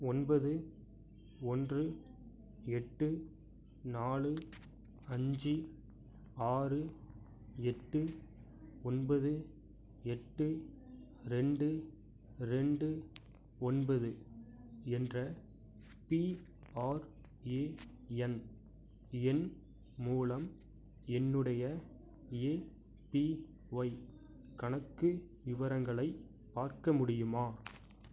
ஒன்பது ஒன்று எட்டு நாலு அஞ்சு ஆறு எட்டு ஒன்பது எட்டு ரெண்டு ரெண்டு ஒன்பது என்ற பிஆர்ஏஎன் எண் மூலம் என்னுடைய ஏபிஒய் கணக்கு விவரங்களை பார்க்க முடியுமா